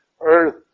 Earth